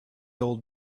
old